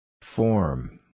Form